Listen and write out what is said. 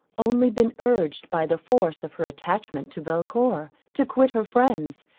only been urged by the force of her attachment to belcour, to quit her friends,